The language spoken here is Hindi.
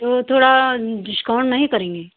तो थोड़ा डिस्काउंट नहीं करेंगी